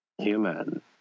human